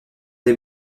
des